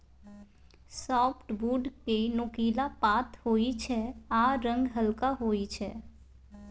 softwood केँ नोकीला पात होइ छै आ रंग हल्का होइ छै